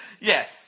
Yes